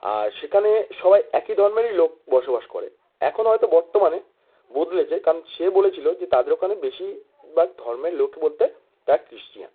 আর সেকানে সবাই একই ধর্মেরই লোক বসবাস করে এখন হয়তো বর্তমানে বদলেছে কারণ সে বলেছিলো যে তাদের ওখানে বেশি বা ধর্মের লোক বলতে তারা ক্রিশ্চিয়ান